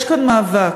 יש כאן מאבק